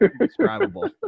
indescribable